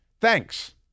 Thanks